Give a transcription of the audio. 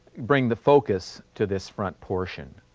bring the focus to this front portion.